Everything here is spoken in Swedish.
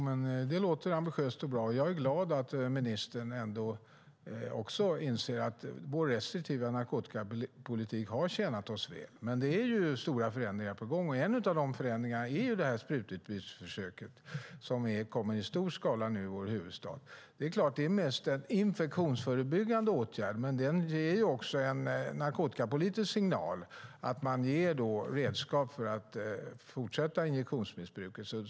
Herr talman! Det låter ambitiöst och bra. Jag är glad att ministern också inser att vår restriktiva narkotikapolitik har tjänat oss väl. Men det är ju stora förändringar på gång, och en av de förändringarna är det sprututbytesförsök som nu kommer i stor skala i vår huvudstad. Det är klart att det mest är en infektionsförebyggande åtgärd, men den ger också en narkotikapolitisk signal om att man ger redskap för att fortsätta injektionsmissbruket.